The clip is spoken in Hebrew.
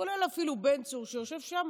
כולל אפילו בן צור שיושב שם,